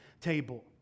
table